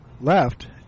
left